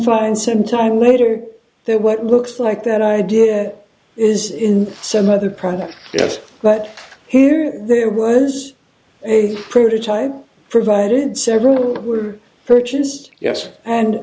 find sometime later that what looks like that idea is in some other product but here there was a prototype provided several were purchased yes and